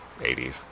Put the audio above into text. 80s